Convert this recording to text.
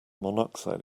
monoxide